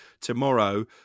tomorrow